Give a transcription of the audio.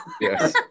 Yes